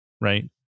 right